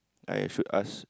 I should ask